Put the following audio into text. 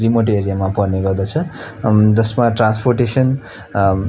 remote एरियामा पर्ने गर्दछ जसमा ट्रान्सपोर्टेसन